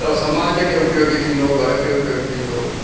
त समाज खे उपयोगी थींदो घर खे उपयोगु थींदो